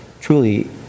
truly